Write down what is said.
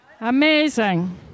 Amazing